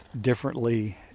differently